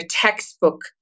textbook